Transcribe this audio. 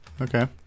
Okay